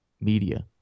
media